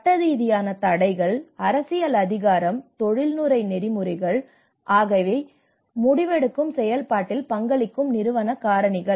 சட்டரீதியான தடைகள் அரசியல் அதிகாரம் தொழில்முறை நெறிமுறைகள் ஆகியவை முடிவெடுக்கும் செயல்பாட்டில் பங்களிக்கும் நிறுவன காரணிகள்